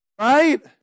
right